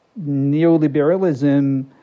neoliberalism